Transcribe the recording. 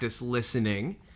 listening